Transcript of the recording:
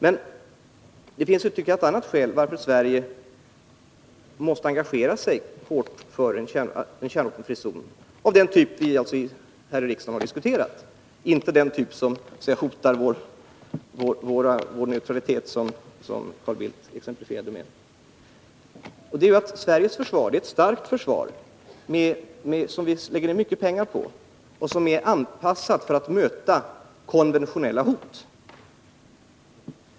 Men det finns också ett annat skäl till att Sverige måste engagera sig för en kärnvapenfri zon av den typ som vi har diskuterat här i riksdagen. Sveriges försvar är ett starkt försvar som vi lägger ned mycket pengar på och som är anpassat för att möta konventionella hot.